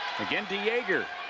again, de jager,